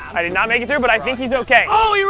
i did not make it here, but i think he's ok. oh!